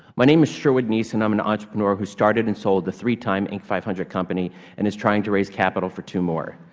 my name is sherwood neiss, and i'm a and entrepreneur who started and sold the three time inc five hundred company and is trying to raise capital for two more.